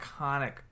iconic